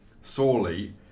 Sawley